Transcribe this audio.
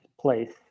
place